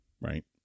right